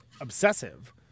obsessive